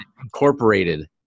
incorporated